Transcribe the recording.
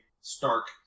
stark